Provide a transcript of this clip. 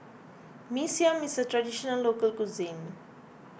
Mee Siam is a Traditional Local Cuisine